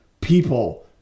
people